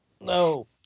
No